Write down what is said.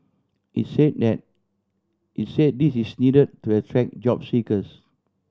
it said that it said this is needed to attract job seekers